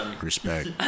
Respect